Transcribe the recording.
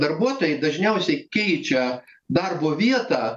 darbuotojai dažniausiai keičia darbo vietą